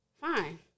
Fine